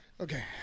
Okay